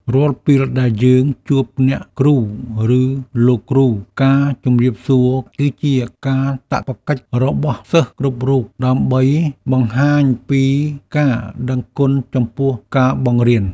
រាល់ពេលដែលយើងជួបអ្នកគ្រូឬលោកគ្រូការជម្រាបសួរគឺជាកាតព្វកិច្ចរបស់សិស្សគ្រប់រូបដើម្បីបង្ហាញពីការដឹងគុណចំពោះការបង្រៀន។